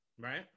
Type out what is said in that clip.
Right